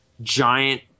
giant